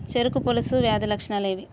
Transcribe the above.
చెరుకు పొలుసు వ్యాధి లక్షణాలు ఏవి?